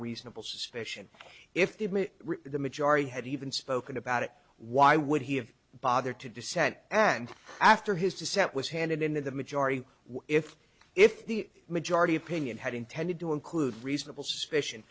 reasonable suspicion if they admit the majority had even spoken about it why would he have bothered to dissent and after his dissent was handed in the majority if if the majority opinion had intended to include reasonable suspicion